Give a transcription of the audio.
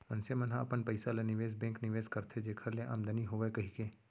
मनसे मन ह अपन पइसा ल निवेस बेंक निवेस करथे जेखर ले आमदानी होवय कहिके